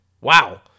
Wow